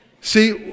See